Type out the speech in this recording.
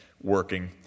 working